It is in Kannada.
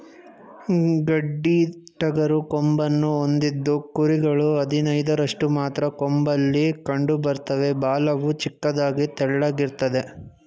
ಗಡ್ಡಿಟಗರು ಕೊಂಬನ್ನು ಹೊಂದಿದ್ದು ಕುರಿಗಳು ಹದಿನೈದರಷ್ಟು ಮಾತ್ರ ಕೊಂಬಲ್ಲಿ ಕಂಡುಬರ್ತವೆ ಬಾಲವು ಚಿಕ್ಕದಾಗಿ ತೆಳ್ಳಗಿರ್ತದೆ